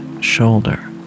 shoulder